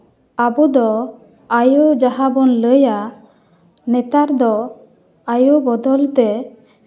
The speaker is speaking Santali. ᱟᱵᱚᱫᱚ ᱟᱭᱳ ᱡᱟᱦᱟᱸ ᱵᱚᱱ ᱞᱟᱹᱭᱟ ᱱᱮᱛᱟᱨ ᱫᱚ ᱟᱭᱳ ᱵᱚᱫᱚᱞ ᱛᱮ